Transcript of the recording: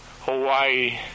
Hawaii